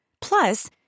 Plus